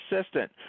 assistant